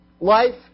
Life